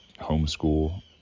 homeschool